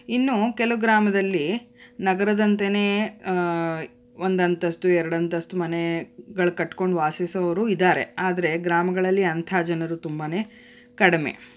ಇನ್ನು ಕೆಲವು ಗ್ರಾಮದಲ್ಲಿ ನಗರದಂತೆಯೇ ಒಂದಂತಸ್ತು ಎರಡಂತಸ್ತು ಮನೆಗಳು ಕಟ್ಕೊಂಡು ವಾಸಿಸೋರು ಇದಾರೆ ಆದರೆ ಗ್ರಾಮಗಳಲ್ಲಿ ಅಂಥ ಜನರು ತುಂಬಾ ಕಡಿಮೆ